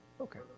Okay